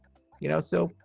you know, so,